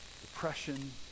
depression